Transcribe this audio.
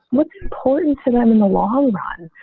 what's important to them in the long run.